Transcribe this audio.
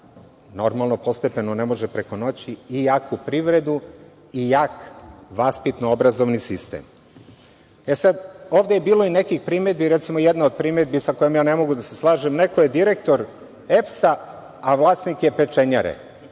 normalno postepeno, ne može preko noći, jaku privredu i jak vaspitno-obrazovni sistem. Ovde je bilo i nekih primedbi, recimo jedna od primedbi sa kojom ne mogu da se složim – neko je direktor EPS, a vlasnik je pečenjare.